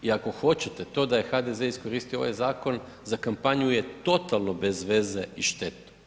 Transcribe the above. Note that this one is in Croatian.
I ako hoćete to da je HDZ iskoristio ovaj zakon za kampanju je totalno bezveze i štetno.